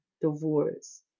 divorce